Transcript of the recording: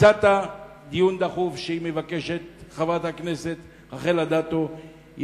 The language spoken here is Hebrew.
הצעת שחברת הכנסת רחל אדטו תבקש דיון דחוף,